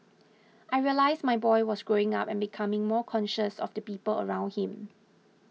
I realised my boy was growing up and becoming more conscious of the people around him